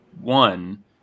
One